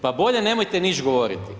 Pa bolje nemojte niš' govoriti.